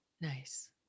nice